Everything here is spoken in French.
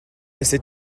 assez